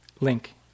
link